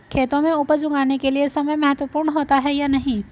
खेतों में उपज उगाने के लिये समय महत्वपूर्ण होता है या नहीं?